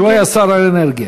כשהוא היה שר האנרגיה.